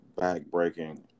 back-breaking